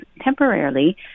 temporarily